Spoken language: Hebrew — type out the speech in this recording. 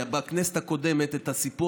כי הסיפור